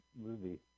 movie